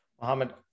Mohammed